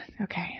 Okay